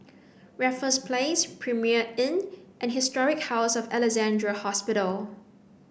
Raffles Place Premier Inn and Historic House of Alexandra Hospital